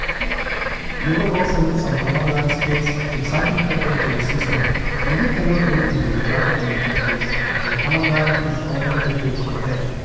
you will also need some command line skills if something happened to your system and you cannot boot into the graphical interface. the command line is the only interface you have.